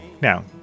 Now